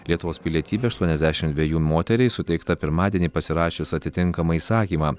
lietuvos pilietybė aštuoniasdešimt dvejų moteriai suteikta pirmadienį pasirašius atitinkamą įsakymą